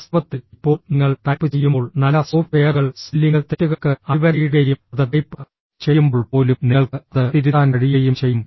വാസ്തവത്തിൽ ഇപ്പോൾ നിങ്ങൾ ടൈപ്പ് ചെയ്യുമ്പോൾ നല്ല സോഫ്റ്റ്വെയറുകൾ സ്പെല്ലിംഗ് തെറ്റുകൾക്ക് അടിവരയിടുകയും അത് ടൈപ്പ് ചെയ്യുമ്പോൾ പോലും നിങ്ങൾക്ക് അത് തിരുത്താൻ കഴിയുകയും ചെയ്യും